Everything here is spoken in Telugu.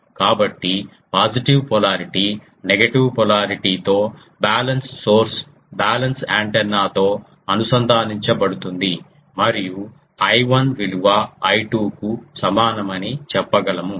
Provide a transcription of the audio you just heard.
కాబట్టి పాజిటివ్ పోలారిటీ నెగెటివ్ పోలారిటీ తో బ్యాలెన్స్ సోర్స్ బ్యాలెన్స్ యాంటెన్నాతో అనుసంధానించబడుతుంది మరియు I1 విలువ I2 కు సమానమని చెప్పగలము